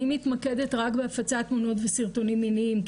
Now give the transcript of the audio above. אני מתמקדת רק בהפצת תמונות וסרטונים מיניים,